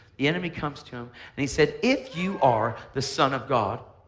the enemy comes to him and he said if you are the son of god,